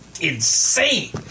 insane